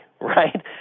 right